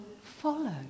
follow